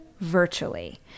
virtually